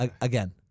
again